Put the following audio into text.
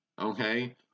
Okay